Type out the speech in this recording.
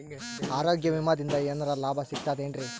ಆರೋಗ್ಯ ವಿಮಾದಿಂದ ಏನರ್ ಲಾಭ ಸಿಗತದೇನ್ರಿ?